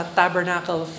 tabernacle